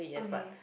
okay